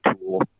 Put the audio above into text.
tool